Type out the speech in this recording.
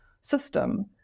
system